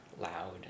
loud